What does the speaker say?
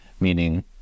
meaning